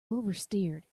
oversteered